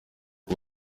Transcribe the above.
ubu